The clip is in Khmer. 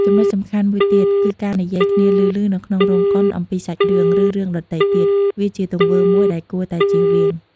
ចំនុចសំខាន់មួយទៀត គឺការនិយាយគ្នាឮៗនៅក្នុងរោងកុនអំពីសាច់រឿង ឬរឿងដទៃទៀត វាជាទង្វើមួយដែលគួរតែជៀសវាង។